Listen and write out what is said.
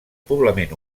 poblament